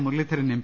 Muraleedharan M